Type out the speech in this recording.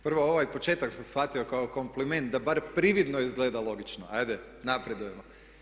Prvo ovaj početak sam shvatio kao kompliment da bar prividno izgleda logično, ajde napredujemo.